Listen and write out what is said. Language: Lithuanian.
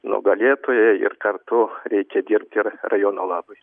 nugalėtoją ir kartu reikia dirbti ir rajono labui